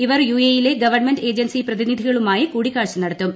ഇവർ യുഎഇയിലെ government agency പ്രതിനിധികളുമായി കൂടിക്കാഴ്ച നടത്തും